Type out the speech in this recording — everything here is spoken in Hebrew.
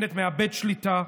בנט מאבד שליטה,